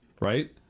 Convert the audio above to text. right